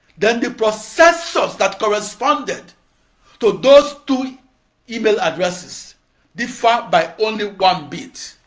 then the processors that corresponded to those two email addresses differed by only one bit.